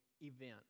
event